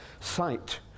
Sight